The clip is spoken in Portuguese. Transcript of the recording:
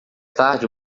tarde